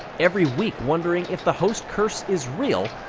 every week wondering if the host curse is real.